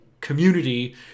community